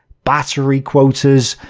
battery quotas,